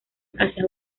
hacia